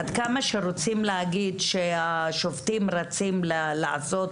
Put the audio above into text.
עד כמה שרוצים להגיד שהשופטים רצים לעשות